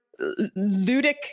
Ludic